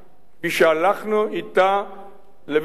כפי שהלכנו אתה לבית-המשפט העליון,